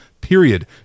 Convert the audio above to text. period